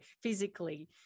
physically